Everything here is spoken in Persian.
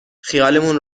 خیالمون